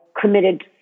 committed